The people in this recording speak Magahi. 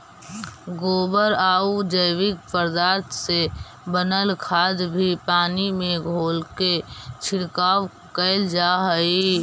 गोबरआउ जैविक पदार्थ से बनल खाद भी पानी में घोलके छिड़काव कैल जा हई